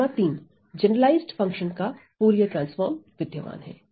lemma 3 generalised function का Fourier transform विद्यमान है